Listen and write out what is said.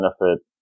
benefit